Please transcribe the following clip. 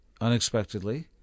unexpectedly